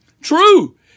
True